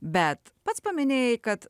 bet pats paminėjai kad